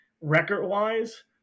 record-wise